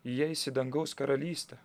įeis į dangaus karalystę